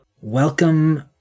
Welcome